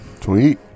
Sweet